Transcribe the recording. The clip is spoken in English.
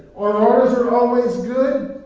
our orders are always good.